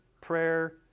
prayer